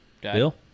Bill